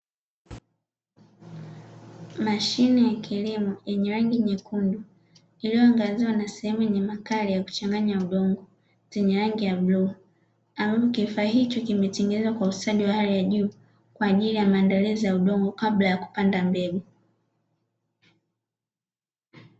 Mashine ya kilimo yenye rangi nyekundu, iliyoangaziwa na sehemu yenye makali ya kuchanganya udongo, chenye rangi ya bluu ambapo kifaa hicho kimetengenezwa kwa ustadi wa hali ya juu, kwa ajili ya maandalizi ya udongo kabla ya kupanda mbegu.